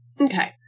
Okay